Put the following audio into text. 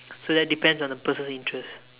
so that depends on the person's interest